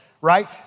right